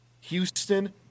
Houston